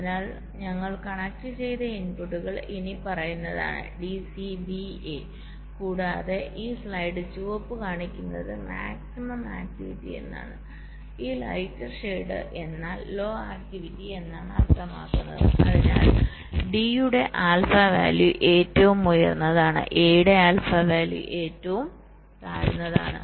അതിനാൽ ഞങ്ങൾ കണക്റ്റുചെയ്ത ഇൻപുട്ടുകൾ ഇനിപ്പറയുന്നതാണ് d c b a കൂടാതെ ഈ സ്ലൈഡ് ചുവപ്പ് കാണിക്കുന്നത് മാക്സിമം ആക്ടിവിറ്റി എന്നാണ് ഈ ലൈറ്റർ ഷേഡ് എന്നാൽ ലോ ആക്ടിവിറ്റി എന്നാണ് അർത്ഥമാക്കുന്നത് അതായത് d യുടെ ആൽഫ വാല്യൂ ഏറ്റവും ഉയർന്നതാണ് a യുടെ ആൽഫ വാല്യൂ ഏറ്റവും താഴ്ന്നതാണ്